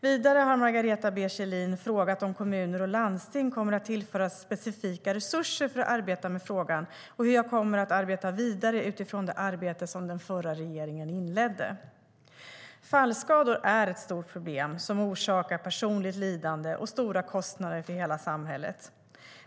Vidare har Margareta B Kjellin frågat om kommuner och landsting kommer att tillföras specifika resurser för att arbeta med frågan och hur jag kommer att arbeta vidare utifrån det arbete som den förra regeringen inledde. Fallskador är ett stort problem som orsakar personligt lidande och stora kostnader för hela samhället.